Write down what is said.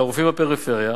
לרופאים בפריפריה